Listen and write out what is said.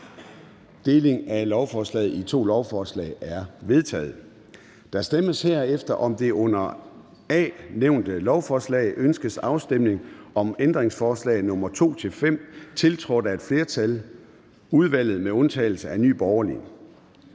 af Nye Borgerlige)? De er vedtaget. Der stemmes herefter om det under B nævnte lovforslag. Ønskes afstemning om ændringsforslag nr. 6 og 7, tiltrådt af et flertal (udvalget med undtagelse af Nye Borgerlige)?